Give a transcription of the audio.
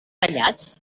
tallats